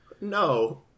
No